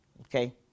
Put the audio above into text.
okay